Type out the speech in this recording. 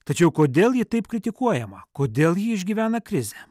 tačiau kodėl ji taip kritikuojama kodėl ji išgyvena krizę